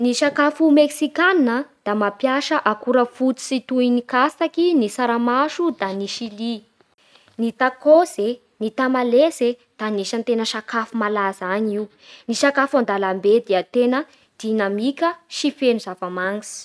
Ny sakafo meksikana da mampiasa akora fototsy toy ny katsaky, ny tsaramaso, da ny sily Ny takôsy e, ny tamalesy, da anisany tena sakafo malaza any io Ny sakafo andalam-be da tena dinamika sy feno zava-manitsy